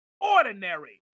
ordinary